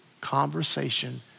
conversation